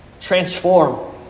Transform